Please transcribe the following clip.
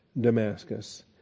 Damascus